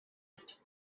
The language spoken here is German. ist